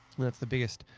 that's the biggest,